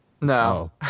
No